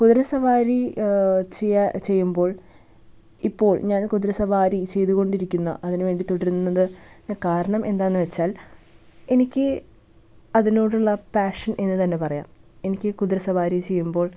കുതിരസവാരി ചെയ്യാ ചെയ്യുമ്പോൾ ഇപ്പോൾ ഞാൻ കുതിരസവാരി ചെയ്തുകൊണ്ടിരിക്കുന്ന അതിന് വേണ്ടി തുടരുന്നത് അതിന് കാരണം എന്താണെന്ന് വെച്ചാൽ എനിക്ക് അതിനോടുള്ള പാഷൻ എന്ന് തന്നെ പറയാം എനിക്ക് കുതിരസവാരി ചെയ്യുമ്പോൾ